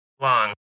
long